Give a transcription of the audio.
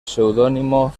pseudónimo